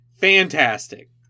fantastic